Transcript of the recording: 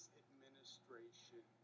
administration